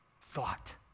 thought